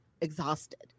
exhausted